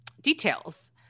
details